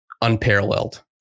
unparalleled